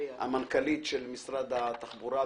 המנכ"לית של משרד התחבורה,